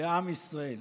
לעם ישראל.